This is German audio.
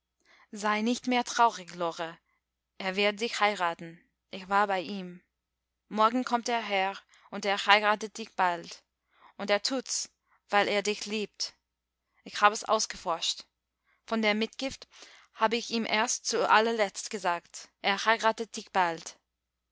sei nicht mehr traurig lore er wird dich heiraten ich war bei ihm morgen kommt er her und er heiratet dich bald und er tut's weil er dich liebt ich hab es ausgeforscht von der mitgift hab ich ihm erst zu allerletzt gesagt er heiratet dich bald